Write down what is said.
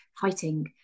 fighting